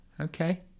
okay